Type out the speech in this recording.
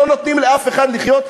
לא נותנים לאף אחד לחיות,